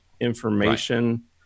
information